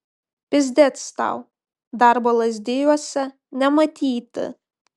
pyzdec tau darbo lazdijuose nematyti